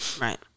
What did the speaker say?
right